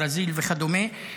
ברזיל וכדומה,